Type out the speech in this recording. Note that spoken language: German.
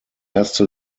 erste